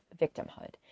victimhood